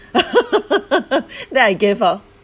then I gave up